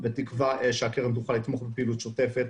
בתקווה שהקרן תוכל לתמוך בפעילות שוטפת